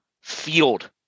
field